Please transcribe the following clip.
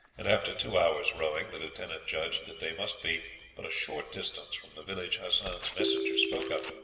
and after two hours' rowing, the lieutenant judged that they must be but a short distance from the village hassan's messenger spoke of.